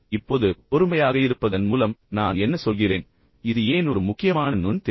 இப்போது பொறுமையாக இருப்பதன் மூலம் நான் என்ன சொல்கிறேன் இது ஏன் ஒரு முக்கியமான நுண் திறன்